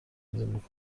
تنظیم